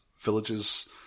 villages